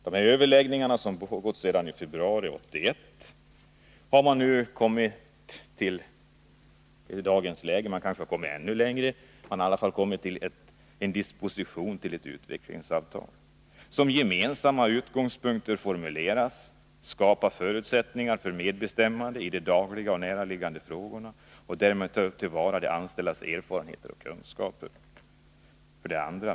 Dessa överläggningar har pågått sedan februari 1981, och i dagens läge har man kommit fram till en disposition till ett utvecklingsavtal. Som gemensamma utgångspunkter formuleras: Skapa förutsättningar för medbestämmande i de dagliga och näraliggande frågorna och därmed ta till vara de anställdas erfarenheter och kunskaper.